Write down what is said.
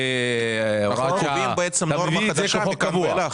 אתה מביא את זה בחוק קבוע.